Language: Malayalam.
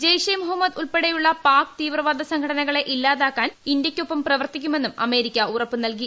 ജെയ്ഷെ മുഹമ്മദ് ഉൾപ്പെടെയുള്ള പാക് തീവ്രവിട്ട സംഘടനകളെ ഇല്ലാതാക്കാൻ ഇന്ത്യയ്ക്കൊപ്പം പ്രവർത്തിക്കുമെന്നും അമേരിക്ക ഉറപ്പ് നൽകി